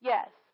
Yes